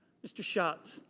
mr. shots.